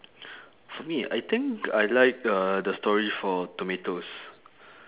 for me I think I like uh the story for tomatoes